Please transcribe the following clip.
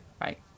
right